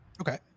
okay